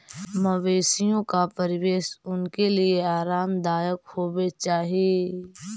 मवेशियों का परिवेश उनके लिए आरामदायक होवे चाही